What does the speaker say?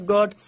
God